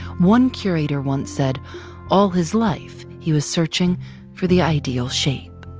one curator once said all his life, he was searching for the ideal shape.